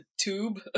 tube